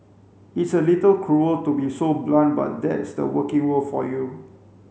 it's a little cruel to be so blunt but that's the working world for you